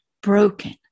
broken